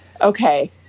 Okay